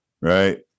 right